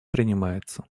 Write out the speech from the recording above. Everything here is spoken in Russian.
принимается